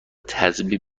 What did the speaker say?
تضمین